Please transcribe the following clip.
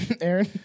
Aaron